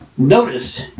Notice